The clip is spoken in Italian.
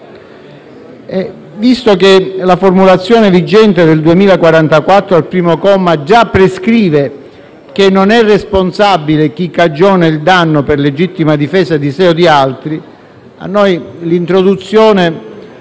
Visto che la formulazione vigente dell'articolo 2044, primo comma, già prescrive che non è responsabile chi cagiona il danno per legittima difesa di sé o di altri - a nostro modo